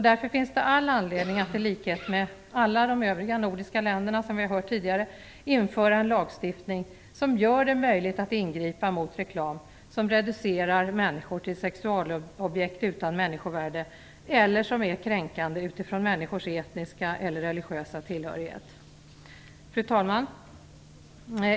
Därför finns det all anledning att i likhet med alla de övriga nordiska länderna, som vi har hört tidigare, införa en lagstiftning som gör det möjligt att ingripa mot reklam som reducerar människor till sexualobjekt utan människovärde eller som är kränkande utifrån människors etniska eller religiösa tillhörighet. Fru talman!